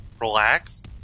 relax